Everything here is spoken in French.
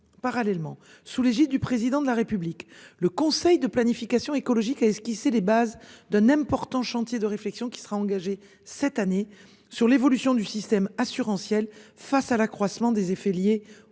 parallèlement sous l'égide du président de la République. Le conseil de planification écologique et ce qui c'est les bases d'un important chantier de réflexion qui sera engagé cette année sur l'évolution du système assurantiel face à l'accroissement des effets liés au